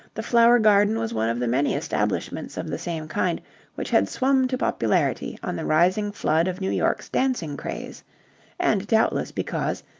the flower garden was one of the many establishments of the same kind which had swum to popularity on the rising flood of new york's dancing craze and doubtless because,